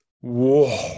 Whoa